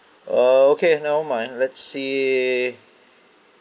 err okay never mind let's see